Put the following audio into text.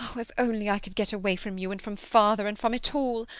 oh, if only i could get away from you and from father and from it all!